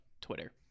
twitter